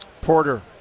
Porter